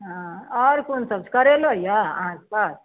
हँ आओर कोन सब्जी करैलो यऽ अहाँके पास